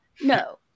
No